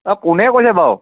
অ কোনে কৈছে বাৰু